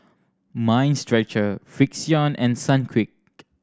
Mind Stretcher Frixion and Sunquick